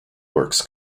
works